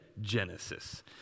Genesis